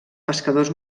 pescadors